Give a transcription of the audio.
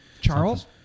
Charles